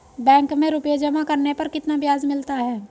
Bank में रुपये जमा करने पर कितना ब्याज मिलता है?